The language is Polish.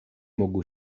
mógł